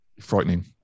frightening